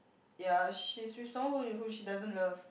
ya she's with someone who who she doesn't love